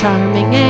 charming